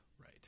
Right